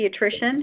pediatrician